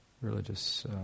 religious